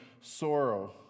sorrow